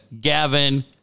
Gavin